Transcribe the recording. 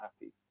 happy